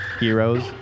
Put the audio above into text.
heroes